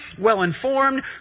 well-informed